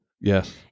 yes